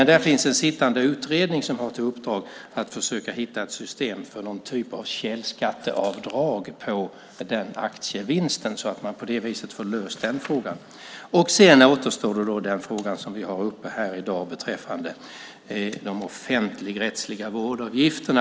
Där finns en sittande utredning som har till uppdrag att försöka hitta ett system för någon typ av källskatteavdrag på den aktievinsten så att frågan löses på det sättet. Sedan återstår den fråga som vi har uppe i dag beträffande de offentligrättsliga vårdavgifterna.